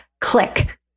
Click